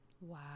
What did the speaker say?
Wow